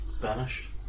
banished